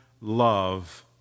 love